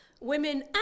women